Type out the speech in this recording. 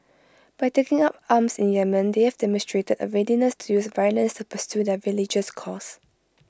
by taking up arms in Yemen they have demonstrated A readiness to use violence to pursue their religious cause